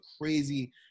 crazy